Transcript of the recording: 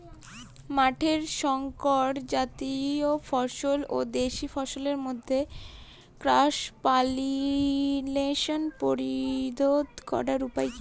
মাঠের শংকর জাতীয় ফসল ও দেশি ফসলের মধ্যে ক্রস পলিনেশন প্রতিরোধ করার উপায় কি?